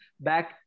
back